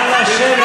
אני משקרת?